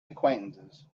acquaintances